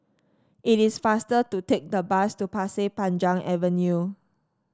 it is faster to take the bus to Pasir Panjang Avenue